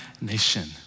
nation